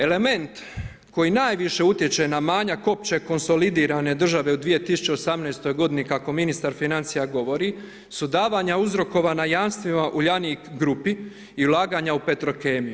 Element koji najviše utječe na manjak opće konsolidirane države u 2018. godini, kako ministar financija govori, su davanja uzrokovana jamstvima Uljanik grupi i ulaganja u Petrokemiju.